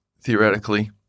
theoretically